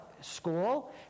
School